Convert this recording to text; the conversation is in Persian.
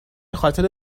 خاطر